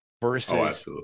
versus